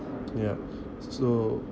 yup so